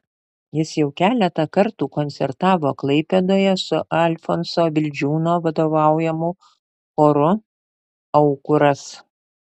jis jau keletą kartų koncertavo klaipėdoje su alfonso vildžiūno vadovaujamu choru aukuras